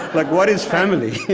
but what is family?